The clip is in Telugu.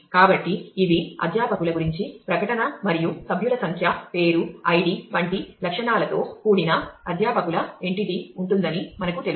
కాబట్టి ఇవి అధ్యాపకుల గురించిన ప్రకటన మరియు సభ్యుల సంఖ్య పేరు ఐడి వంటి లక్షణాలతో కూడిన అధ్యాపకుల ఎంటిటీ ఉంటుందని మనకు తెలుసు